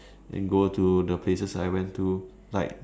and go to the places that I went to like